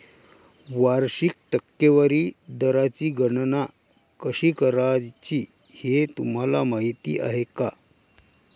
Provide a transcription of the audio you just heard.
वार्षिक टक्केवारी दराची गणना कशी करायची हे तुम्हाला माहिती आहे का?